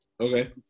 Okay